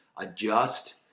adjust